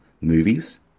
movies